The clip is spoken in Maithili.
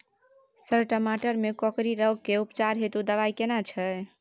सर टमाटर में कोकरि रोग के उपचार हेतु दवाई केना छैय?